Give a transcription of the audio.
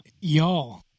y'all